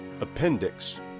appendix